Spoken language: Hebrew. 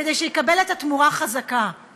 כדי שיקבל את התמורה חזרה,